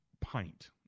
pint